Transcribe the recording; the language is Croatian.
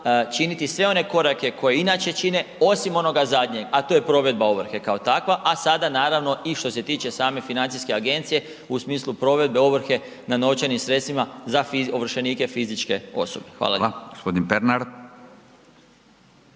činiti sve one korake koje inače čine osim onoga zadnjeg, a to je provedba ovrhe kao takva, a sada naravno i što se tiče same financijske agencije u smislu provedbe ovrhe na novčanim sredstvima za ovršenike fizičke osobe. Hvala lijepa.